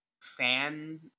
fan